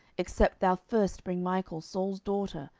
except thou first bring michal saul's daughter,